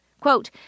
Quote